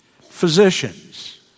physicians